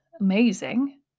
amazing